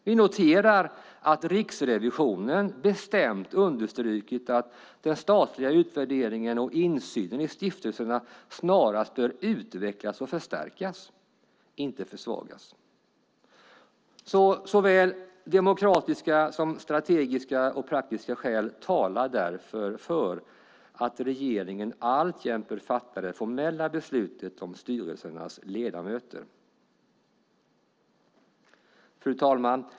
Vi noterar att Riksrevisionen bestämt understrukit att den statliga utvärderingen och insynen i stiftelserna snarast bör utvecklas och förstärkas, inte försvagas. Såväl demokratiska som strategiska och praktiska skäl talar därför för att regeringen alltjämt bör fatta det formella beslutet om styrelsernas ledamöter. Fru talman!